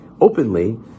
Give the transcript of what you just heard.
openly